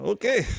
Okay